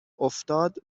افتاد